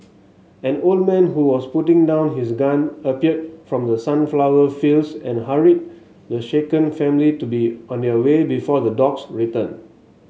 an old man who was putting down his gun appeared from the sunflower fields and hurried the shaken family to be on their way before the dogs return